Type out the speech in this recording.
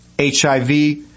HIV